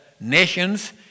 Nations